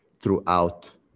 throughout